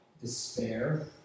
despair